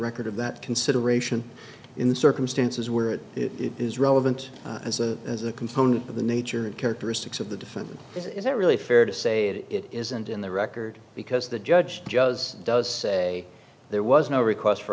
record of that consideration in circumstances where it is relevant as a as a component of the nature of characteristics of the defendant is it really fair to say that it isn't in the record because the judge just does say there was no request for